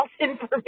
information